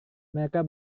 mereka